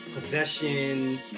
possession